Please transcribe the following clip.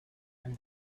from